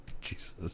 Jesus